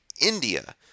India